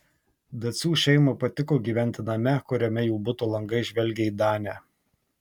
dacių šeimai patiko gyventi name kuriame jų buto langai žvelgė į danę